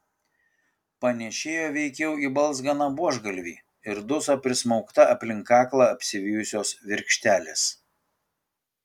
panėšėjo veikiau į balzganą buožgalvį ir duso prismaugta aplink kaklą apsivijusios virkštelės